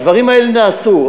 הדברים האלה נעשו.